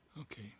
Okay